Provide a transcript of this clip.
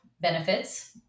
benefits